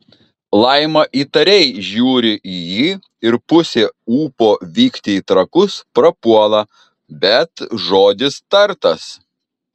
laima įtariai žiūri į jį ir pusė ūpo vykti į trakus prapuola bet žodis tartas